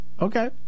Okay